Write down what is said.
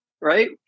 Right